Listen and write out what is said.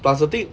plus the thing